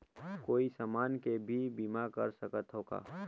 कोई समान के भी बीमा कर सकथव का?